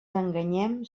enganyem